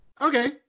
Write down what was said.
Okay